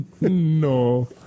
No